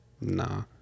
Nah